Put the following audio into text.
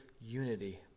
unity